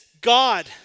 God